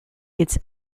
its